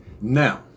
Now